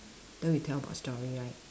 then we tell about story right